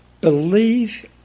Believe